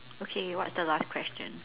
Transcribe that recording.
okay what is the last question